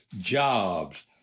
jobs